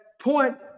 point